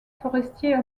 forestier